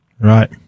Right